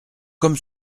comme